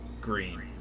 green